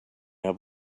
have